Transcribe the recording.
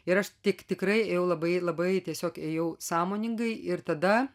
ir aš tik tikrai labai labai tiesiog ėjau sąmoningai ir tada